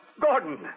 Gordon